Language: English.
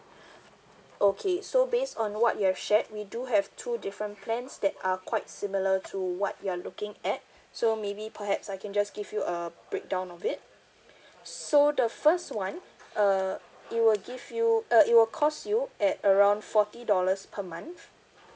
okay so based on what you have shared we do have two different plans that are quite similar to what you're looking at so maybe perhaps I can just give you a breakdown of it so the first one uh it will give you uh it will cost you at around forty dollars per month